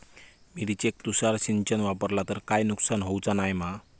मिरचेक तुषार सिंचन वापरला तर काय नुकसान होऊचा नाय मा?